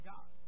God